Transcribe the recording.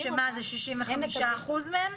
שזה 65% מהם?